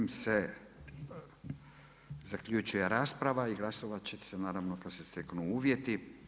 Ovim se zaključuje rasprava i glasovat će se naravno kad se steknu uvjeti.